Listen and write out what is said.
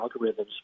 algorithms